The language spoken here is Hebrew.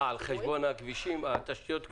על חשבון הכבישים, תשתיות הכבישים?